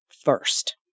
first